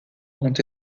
ont